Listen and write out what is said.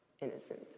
innocent